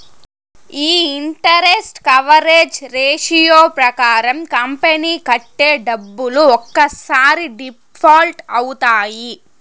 ఈ interest coverage ratio ప్రకారం company కట్టే డబ్బులు ఒక్కసారి డిఫాల్ట్ అవుతాయి